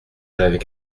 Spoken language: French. j’avais